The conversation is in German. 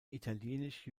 italienisch